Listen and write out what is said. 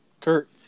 Kurt